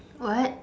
what